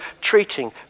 treating